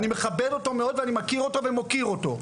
אני מכבד אותו מאוד ומכיר אותו ומוקיר אותו.